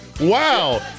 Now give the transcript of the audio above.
wow